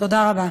תודה רבה.